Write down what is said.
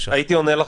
הייתי עונה לך,